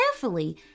Carefully